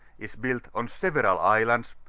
is built on several islands,